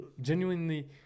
genuinely